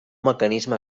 mecanisme